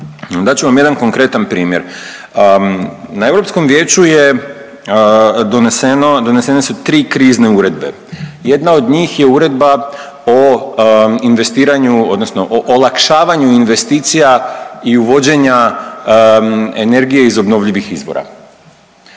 ću vam jedan konkretan primjer. Na Europskom vijeću je doneseno, donesene su tri krizne uredbe. Jedna od njih je Uredba o investiranju odnosno o olakšavanju investicija i uvođenja energije iz obnovljivih izvora.